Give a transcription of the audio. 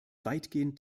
weitgehend